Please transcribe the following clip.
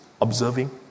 observing